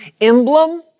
emblem